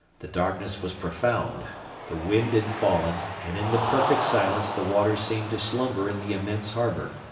the darkness was profound the wind had fallen, and in the perfect silence the waters seemed to slumber in the immense harbour,